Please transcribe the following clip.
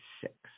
six